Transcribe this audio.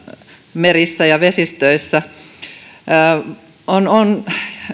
merissä ja vesistöissä on